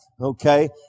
okay